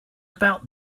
about